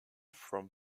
from